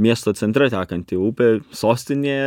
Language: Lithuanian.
miesto centre tekanti upė sostinė